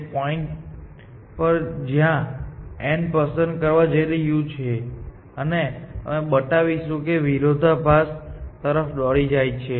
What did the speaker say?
તે પોઇન્ટ પર જ્યાં તે n પસંદ કરવા જઈ રહ્યું છે અને અમે બતાવીશું કે તે વિરોધાભાસ તરફ દોરી જાય છે